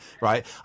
Right